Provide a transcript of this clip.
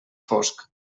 fosc